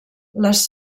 les